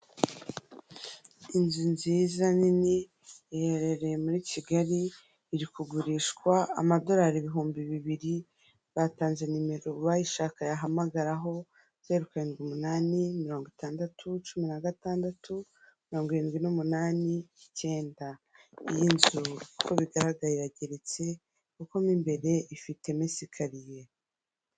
Iri ku murongo y'amagorofa asize amarangi y'umweru n'umuhondo asakaje amabati y'umutuku imbere hari igiti kirekire kirimo insinga zikwirakwiza umuriro w'amashanyarazi.